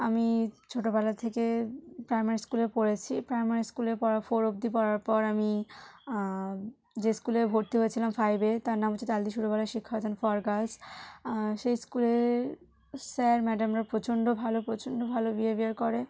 আমি ছোটবেলা থেকে প্রাইমারি স্কুলে পড়েছি প্রাইমারি স্কুলে পড়া ফোর অবধি পড়ার পর আমি যে স্কুলে ভর্তি হয়েছিলাম ফাইভে তার নাম হচ্ছে তালদি সুরবালা শিক্ষাসদন ফর গার্লস সেই স্কুলে স্যার ম্যাডামরা প্রচণ্ড ভালো প্রচণ্ড ভালো বিহেভিয়ার করে